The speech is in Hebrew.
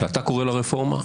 שאתה קורא לה "רפורמה",